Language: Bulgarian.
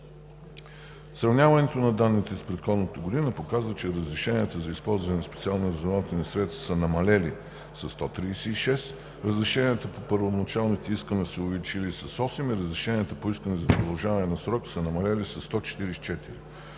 Сравняването на данните с предходната година показва, че разрешенията за използване на специални разузнавателни средства са намалели със 136, разрешенията по първоначалните искания са се увеличили с 8 и разрешенията по искания за продължаване на срока са намалели със 144.